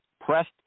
pressed